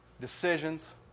Decisions